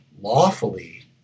lawfully